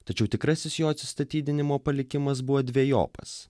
tačiau tikrasis jo atsistatydinimo palikimas buvo dvejopas